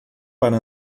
para